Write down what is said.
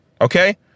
okay